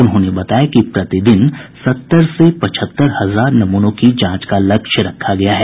उन्होंने बताया कि प्रतिदिन सत्तर से पचहत्तर हजार नमूनों की जांच का लक्ष्य रखा गया है